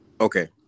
okay